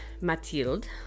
Mathilde